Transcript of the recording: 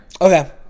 Okay